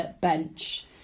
bench